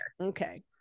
Okay